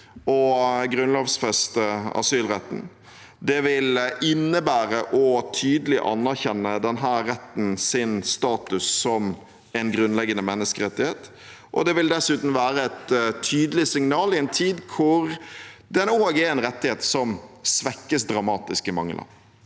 å grunnlovfeste asylretten. Det vil innebære tydelig å anerkjenne denne rettens status som en grunnleggende menneskerettighet. Det vil dessuten være et tydelig signal i en tid hvor den også er en rettighet som svekkes dramatisk i mange land.